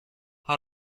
her